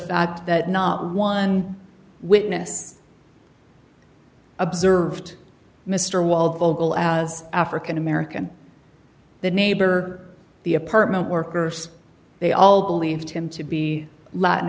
fact that not one witness observed mr while vocal as african american the neighbor the apartment workers they all believed him to be latin